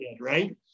right